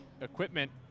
equipment